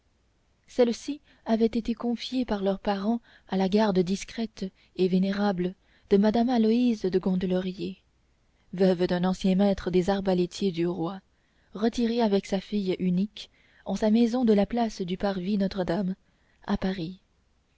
celles-ci avaient été confiées par leurs parents à la garde discrète et vénérable de madame aloïse de gondelaurier veuve d'un ancien maître des arbalétriers du roi retirée avec sa fille unique en sa maison de la place du parvis notre-dame à paris